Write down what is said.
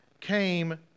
came